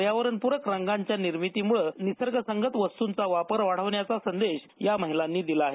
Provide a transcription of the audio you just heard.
पर्यावरणपूरक रंगांच्या निर्मितीमूळं निसर्ग सांगत वस्तूंचा वापर वाढविण्याचा संदेश या महिलांनी दिला आहे